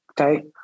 Okay